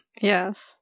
Yes